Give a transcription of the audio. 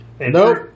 Nope